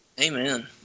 Amen